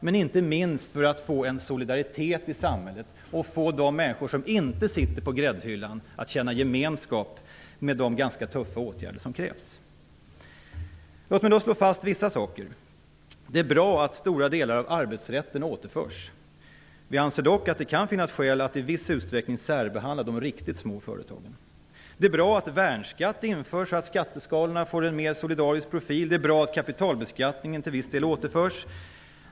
Detta inte minst för att få en solidaritet i samhället och för att få de människor som inte sitter på gräddhyllan att känna förståelse för de ganska tuffa åtgärder som krävs. Låt mig slå fast några saker. Det är bra att stora delar av arbetsrätten återinförs. Vi anser dock att det kan finnas skäl att i viss utsträckning särbehandla de riktigt små företagen. Det är bra att värnskatt införs, så att skatteskalorna får en mer solidarisk profil. Det är bra att kapitalbeskattningen till viss del återinförs.